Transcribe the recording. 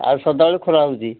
ଆଉ ସଦାବେଳେ ଖୋଲା ରହୁଛି